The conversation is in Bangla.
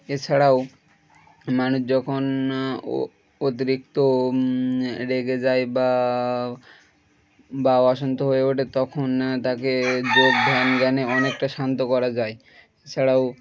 এছাড়াও মানুষ যখন ও অতিরিক্ত রেগে যায় বা বা অসান্ত হয়ে ওঠে তখন তাকে যোগ ধ্যান জানে অনেকটা শান্ত করা যায় এছাড়াও